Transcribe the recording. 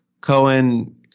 Cohen